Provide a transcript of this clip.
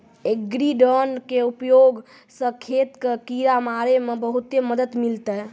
agri drone के उपयोग स खेत कॅ किड़ा मारे मॅ बहुते मदद मिलतै